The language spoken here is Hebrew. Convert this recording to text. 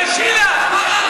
אנטישמים מתבטאים כך.